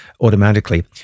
automatically